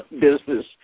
business